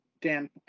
Dan